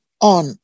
on